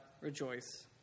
rejoice